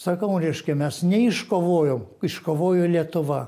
sakau reiškia mes neiškovojom iškovojo lietuva